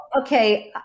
okay